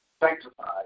sanctified